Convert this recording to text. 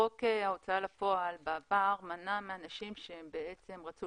חוק ההוצאה לפועל בעבר מנע מאנשים שרצו